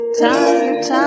Time